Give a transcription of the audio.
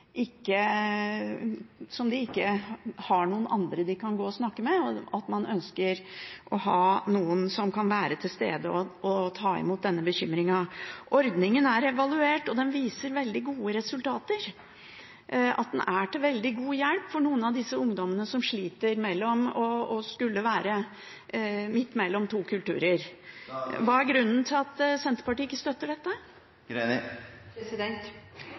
ikke har noen andre de kan snakke med, og at man ønsker å ha noen som kan være til stede og ta imot denne bekymringen. Ordningen er evaluert, og den viser veldig gode resultater, at den er til veldig god hjelp for noen av disse ungdommene som sliter med å skulle være midt mellom to kulturer. Hva er grunnen til at Senterpartiet ikke støtter